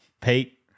Pete